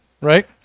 right